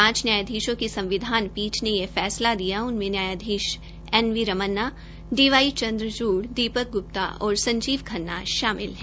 पांच न्यायाधीशें की संविधान पीठ ने यह फैसला दिया उनमें न्यायाधीश N V Ramana D Y Chandrachud Deepak Gupta और संजीव खन्ना शामिल है